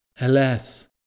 Alas